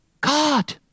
God